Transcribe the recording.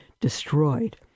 destroyed